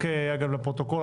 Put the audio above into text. רק אגב לפרוטוקול,